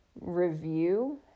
review